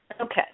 Okay